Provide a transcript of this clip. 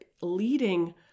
leading